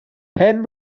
pen